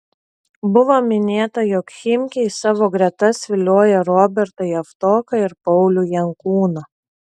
buvo minėta jog chimki į savo gretas vilioja robertą javtoką ir paulių jankūną